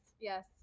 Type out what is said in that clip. Yes